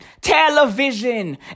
television